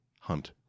hunt